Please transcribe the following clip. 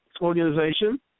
Organization